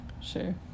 sure